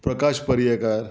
Prakash Paryekar